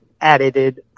edited